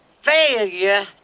failure